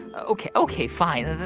ok, ok, fine,